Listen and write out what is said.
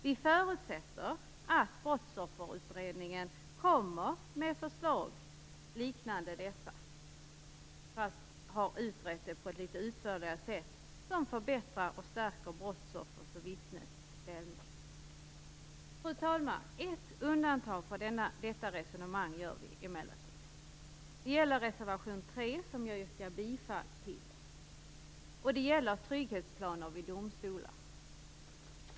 Vi förutsätter att Brottsofferutredningen kommer med förslag i samma riktning, men som man har utrett på ett litet utförligare sätt och som förbättrar och stärker brottsoffers och vittnes ställning. Fru talman! Vi gör emellertid ett undantag från detta resonemang. Det gäller reservation 3, som jag härmed yrkar bifall till. Det rör sig om trygghetsplaner vid domstolar.